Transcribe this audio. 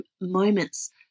moments